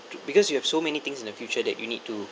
because you have so many things in the future that you need to